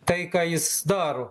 tai ką jis daro